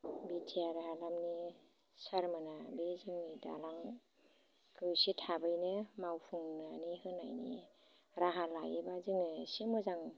BTR हालामनि सारमोना बे जोंनि दालांखो इसे थाबैनो मावफुंनानै होनायनि राहा लायोब्ला जोङो इसे मोजां